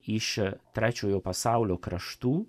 iš trečiojo pasaulio kraštų